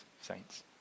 saints